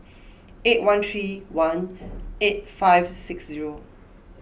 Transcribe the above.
eight one three one eight five six zero